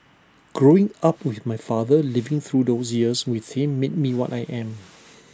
growing up with my father living through those years with him made me what I am